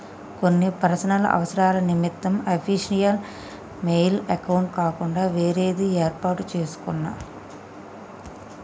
కొన్ని పర్సనల్ అవసరాల నిమిత్తం అఫీషియల్ మెయిల్ అకౌంట్ కాకుండా వేరేది యేర్పాటు చేసుకున్నా